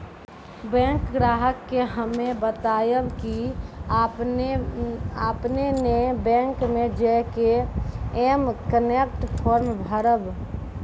bank ग्राहक के हम्मे बतायब की आपने ने बैंक मे जय के एम कनेक्ट फॉर्म भरबऽ